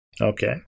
Okay